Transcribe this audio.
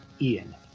Ian